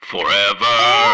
Forever